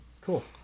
Cool